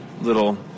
little